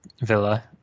Villa